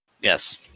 Yes